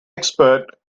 expert